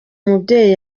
mubyeyi